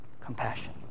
compassion